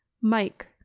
Mike